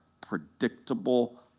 predictable